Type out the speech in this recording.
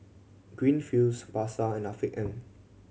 Greenfields Pasar and Afiq M